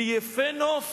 כי "יפה נוף